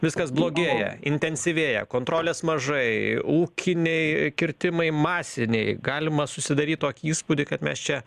viskas blogėja intensyvėja kontrolės mažai ūkiniai kirtimai masiniai galima susidaryt tokį įspūdį kad mes čia